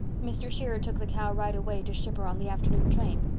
mr. shearer took the cow right away to ship her on the afternoon train.